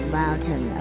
mountain